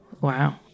Wow